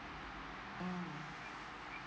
um